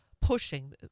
pushing